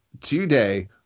today